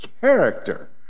character